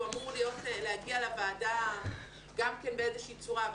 או אמור להגיע לוועדה גם כן באיזה שהיא צורה.